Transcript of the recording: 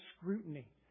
scrutiny